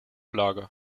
lager